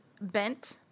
bent